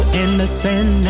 innocent